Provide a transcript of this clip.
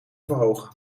verhogen